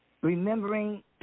remembering